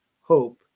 hope